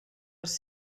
als